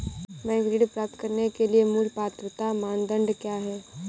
Bank ऋण प्राप्त करने के लिए मूल पात्रता मानदंड क्या हैं?